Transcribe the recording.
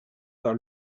par